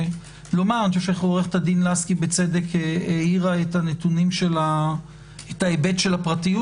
עו"ד לסקי בצדק האירה את ההיבט של הפרטיות